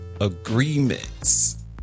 Agreements